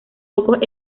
pocos